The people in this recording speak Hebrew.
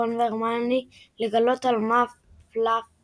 רון והרמיוני לגלות על מה פלאפי